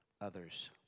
others